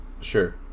Sure